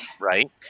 right